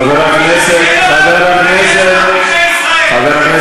חבר הכנסת פורר וחברת הכנסת רוזין.